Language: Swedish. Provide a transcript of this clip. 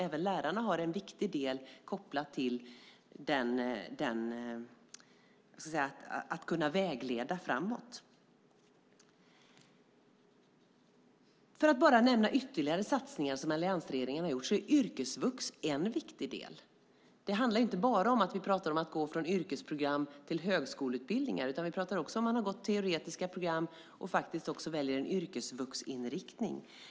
Även lärarna har en viktig del kopplat till att kunna vägleda framåt. För att nämna ytterligare en satsning som alliansregeringen har gjort kan jag säga att yrkesvux är en viktig del. Det handlar inte bara om att gå från yrkesprogram till högskoleutbildningar, utan också om att ha gått ett teoretiskt program och välja en yrkesvuxinriktning.